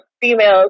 females